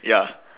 ya